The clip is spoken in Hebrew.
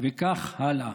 וכך הלאה.